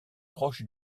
proche